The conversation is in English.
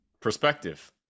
perspective